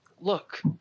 look